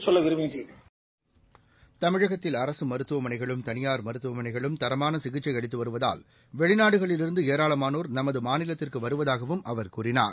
seconds தமிழகத்தில் அரசு மருத்துவமனைகளும் தவியார் மருத்துவமனைகளும் தரமான சிகிச்சை அளித்து வருவதால் வெளிநாடுகளிலிருந்து ஏராளமானோர் நமது மாநிலத்திற்கு வருவதாகவும் அவர் கூறினார்